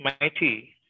mighty